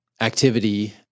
activity